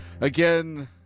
Again